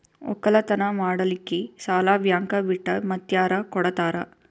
ಒಕ್ಕಲತನ ಮಾಡಲಿಕ್ಕಿ ಸಾಲಾ ಬ್ಯಾಂಕ ಬಿಟ್ಟ ಮಾತ್ಯಾರ ಕೊಡತಾರ?